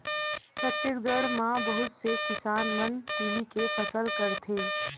छत्तीसगढ़ म बहुत से किसान मन तिली के फसल करथे